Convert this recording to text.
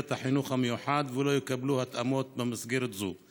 החינוך המיוחד ולא יקבלו התאמות במסגרת זו,